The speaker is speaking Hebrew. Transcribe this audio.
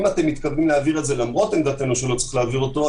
אם אתם מתכוונים להעביר את זה למרות עמדתנו שלא צריך להעביר אותו,